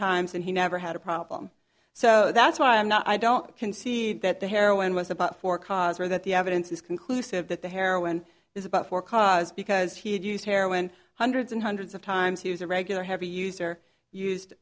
times and he never had a problem so that's why i'm not i don't concede that the heroin was about four cars or that the evidence is conclusive that the heroin is about for cause because he had used heroin hundreds and hundreds of times he was a regular heavy user